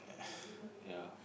yeah